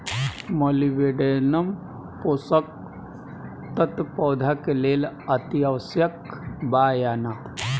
Molybdenum पोषक तत्व पौधा के लेल अतिआवश्यक बा या न?